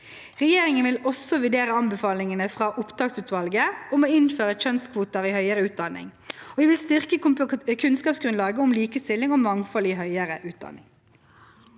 Regjeringen vil også vurdere anbefalingene fra opptaksutvalget om å innføre kjønnskvoter i høyere utdanning, og vi vil styrke kunnskapsgrunnlaget om likestilling og mangfold i høyere utdanning.